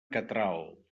catral